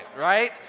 right